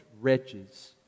wretches